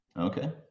okay